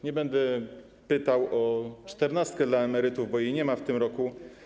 Nie będę pytał o czternastkę dla emerytów, bo jej nie ma w tym roku.